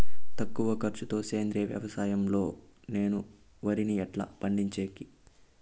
తక్కువ ఖర్చు తో సేంద్రియ వ్యవసాయం లో నేను వరిని ఎట్లా పండించేకి?